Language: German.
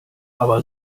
aber